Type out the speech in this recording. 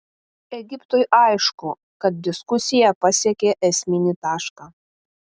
egiptui aišku kad diskusija pasiekė esminį tašką